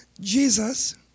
Jesus